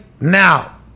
now